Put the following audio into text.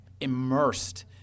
immersed